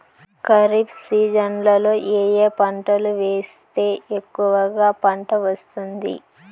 ఖరీఫ్ సీజన్లలో ఏ ఏ పంటలు వేస్తే ఎక్కువగా పంట వస్తుంది?